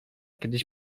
kiedyś